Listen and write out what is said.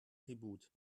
tribut